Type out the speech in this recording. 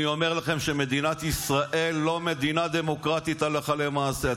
אני אומר לכם שמדינת ישראל היא לא מדינה דמוקרטית הלכה למעשה.